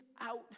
out